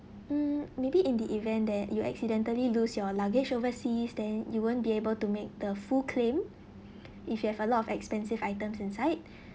mm maybe in the event that you accidentally lose your luggage overseas then you won't be able to make the full claim if you have a lot of expensive items inside